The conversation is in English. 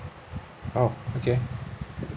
oh okay